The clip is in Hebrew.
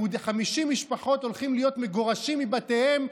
50 משפחות הולכות להיות מגורשות מבתיהן,